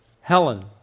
Helen